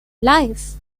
life